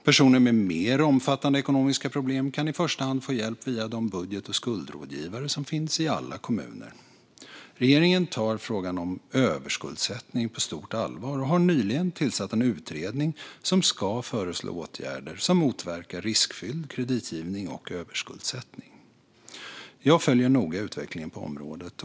Personer med mer omfattande ekonomiska problem kan i första hand få hjälp via de budget och skuldrådgivare som finns i alla kommuner. Regeringen tar frågan om överskuldsättning på stort allvar och har nyligen tillsatt en utredning som ska föreslå åtgärder som motverkar riskfylld kreditgivning och överskuldsättning. Jag följer noga utvecklingen på området.